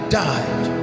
died